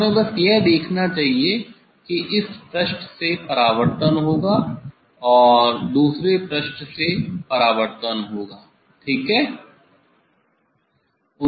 हमें बस यह देखना चाहिए कि इस पृष्ठ से परावर्तन होगा और दूसरे पृष्ठ से परावर्तन होगा ठीक है